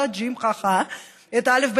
טא,